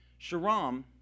Sharam